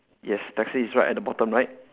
yes taxi is right at the bottom right